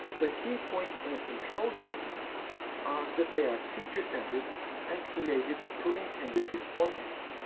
the key points in a controlled technique are that they are teacher-centered and created for intended responses.